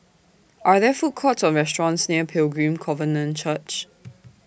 Are There Food Courts Or restaurants near Pilgrim Covenant Church